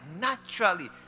naturally